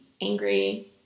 angry